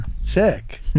sick